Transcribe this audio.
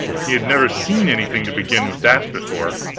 he had never seen anything to begin with that, before.